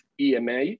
EMA